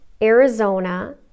Arizona